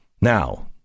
Now